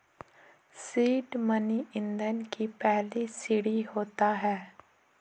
seed money ईंधन की पहली सीढ़ी होता है